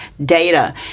data